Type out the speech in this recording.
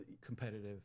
competitive